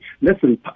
listen